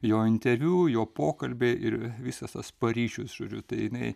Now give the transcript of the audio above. jo interviu jo pokalbiai ir visas tas paryžius žodžiu tai jinai